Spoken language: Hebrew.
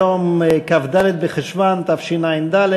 היום כ"ד בחשוון התשע"ד,